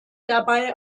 dabei